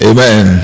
Amen